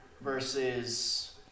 versus